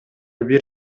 бир